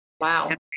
Wow